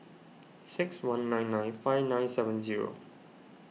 six one nine nine five nine seven zero